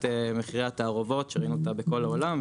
מחירי התערובות שראינו אותה בכל העולם.